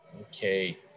Okay